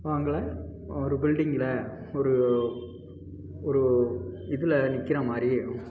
உங்களை ஒரு பில்டிங்கில் ஒரு ஒரு இதில் நிக்கிற மாதிரி